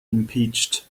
impeached